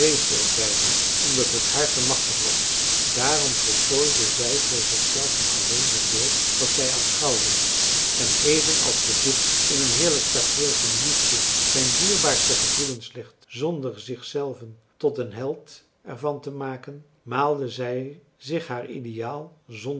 bijna omdat t haar te machtig was daarom voltooide zij voor zich zelve alleen het beeld dat zij aanschouwde en even als de dichter in een heerlijk tafreel van liefde zijn dierbaarste gevoelens legt zonder zich zelven tot den held er van te maken maalde zij zich haar ideaal zonder